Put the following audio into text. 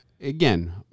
again